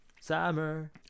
Summer